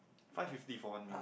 five fifty four one meal